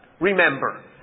remember